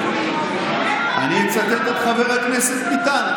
אני אצטט את חבר הכנסת ביטן.